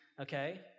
okay